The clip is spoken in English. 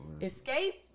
Escape